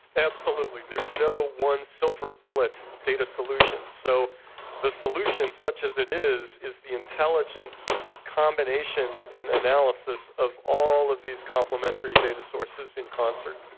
absolutely, there's no one silver bullet data solution. so the solution such as it is, is the intelligent combination and analysis of all of these complementary data sources in concert.